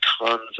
tons